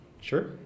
Sure